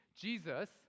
Jesus